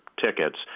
tickets